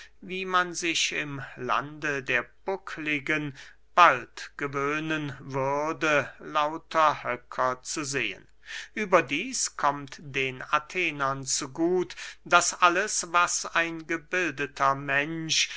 wie man sich im lande der buckligen bald gewöhnen würde lauter höcker zu sehen überdieß kommt den athenern zu gut daß alles was ein gebildeter mensch